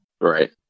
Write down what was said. Right